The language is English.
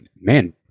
man